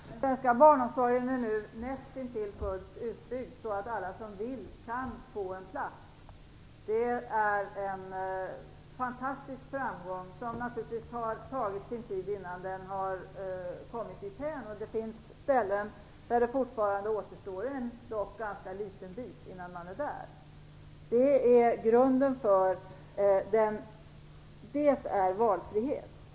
Fru talman! Den svenska barnomsorgen är nu näst intill fullt utbyggd, så att alla som vill det kan få en plats. Det är en fantastisk framgång, och det har naturligtvis tagit sin tid innan man har kommit dithän. Det finns visserligen platser där det fortfarande återstår en bit innan man är där, men den är då ganska liten. Detta är valfrihet.